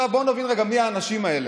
בואו נבין רגע מי האנשים האלה.